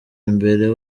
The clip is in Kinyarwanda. imbere